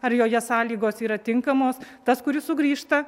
ar joje sąlygos yra tinkamos tas kuris sugrįžta